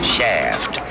Shaft